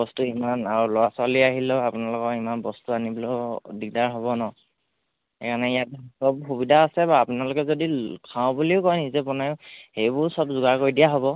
বস্তু ইমান আৰু ল'ৰা ছোৱালী আহিলেও আপোনালোকৰ ইমান বস্তু আনিবলৈও দিগদাৰ হ'ব ন সেইকাৰণে ইয়াত চব সুবিধা আছে বাৰু আপোনালোকে যদি খাওঁ বুলিও কয় নিজে বনায় সেইবোৰও চব যোগাৰ কৰি দিয়া হ'ব